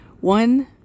One